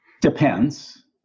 Depends